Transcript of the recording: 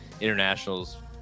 internationals